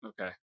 Okay